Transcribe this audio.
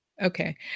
Okay